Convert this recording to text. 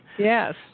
Yes